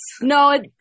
no